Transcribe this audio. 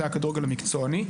מהיבטי הכדורגל המקצועני,